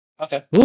Okay